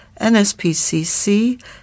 NSPCC